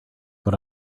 what